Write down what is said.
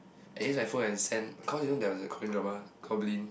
and use my phone and send cause you know there was a Korean drama Goblin